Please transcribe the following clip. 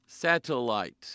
satellite